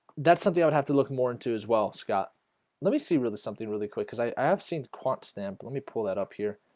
that's something. i would have to look more into as well scott let me see really something really quick because i have seen quant stamp. let me pull that up here